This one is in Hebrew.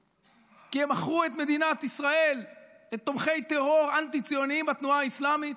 כי הם מכרו את מדינת ישראל לתומכי טרור אנטי-ציונים בתנועה האסלאמית,